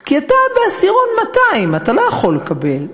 כי אתה בעשירון 200, אתה לא יכול לקבל.